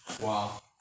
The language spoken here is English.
Wow